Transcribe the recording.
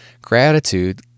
gratitude